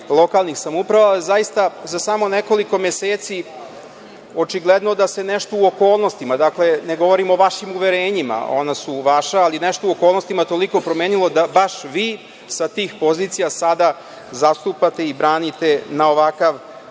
lokalnih samouprava jer zaista za samo nekoliko meseci očigledno je da se nešto u okolnostima, dakle, ne govorim o vašim uverenjima, ona su vaša, ali nešto u okolnostima je toliko promenljivo da baš vi sa tih pozicija sada zastupate i branite na ovakav